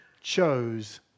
chose